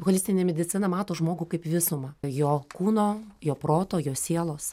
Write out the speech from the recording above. holistinė medicina mato žmogų kaip visumą jo kūno jo proto jo sielos